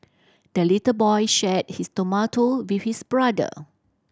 the little boy shared his tomato with his brother